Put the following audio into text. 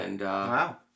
Wow